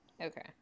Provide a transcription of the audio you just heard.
Okay